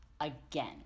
again